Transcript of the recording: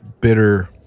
bitter